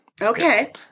Okay